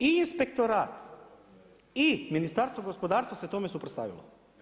I inspektorat i Ministarstvo gospodarstva se tome suprotstavilo.